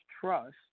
trust